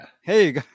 hey